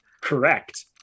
Correct